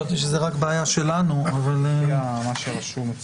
אם אני זוכר נכון,